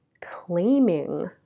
claiming